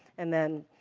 and then